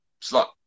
slot